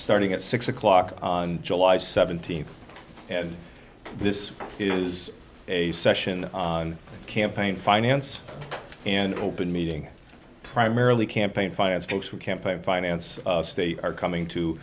starting at six o'clock on july seventeenth and this is a session on campaign finance and open meeting primarily campaign finance folks who campaign finance state are coming